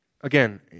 Again